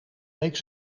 week